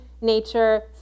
nature